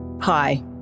Hi